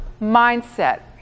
mindset